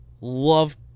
love